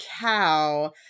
cow